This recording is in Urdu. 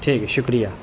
ٹھیک ہے شکریہ